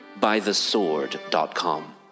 ByTheSword.com